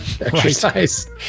exercise